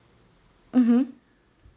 mmhmm